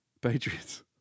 Patriots